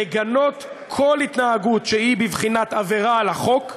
לגנות כל התנהגות שהיא בבחינת עבירה על החוק,